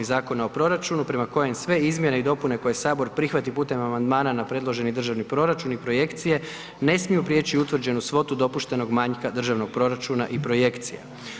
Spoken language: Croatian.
Zakona o proračunu prema kojem sve izmjene i dopune koje Sabor prihvati putem amandmana na predloženi državni proračun i projekcije ne smiju prijeći utvrđenu svotu dopuštenog manjka državnog proračuna i projekcija.